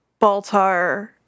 Baltar